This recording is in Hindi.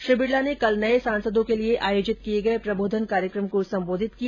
श्री बिडला ने कल नये सांसदों के लिये आयोजित किये गये प्रबोधन कार्यक्रम को संबोधित किया